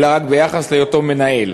אלא רק ביחס להיותו מנהל.